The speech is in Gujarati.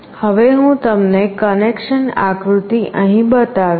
હવે હું તમને કનેક્શન આકૃતિ અહીં બતાવીશ